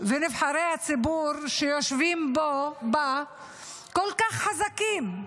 ונבחרי הציבור שיושבים בה כל כך חזקים,